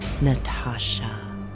Natasha